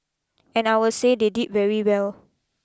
and I will say they did very well